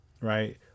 right